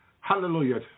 Hallelujah